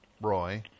Roy